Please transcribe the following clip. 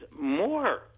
more